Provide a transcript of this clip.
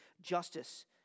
justice